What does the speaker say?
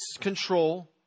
control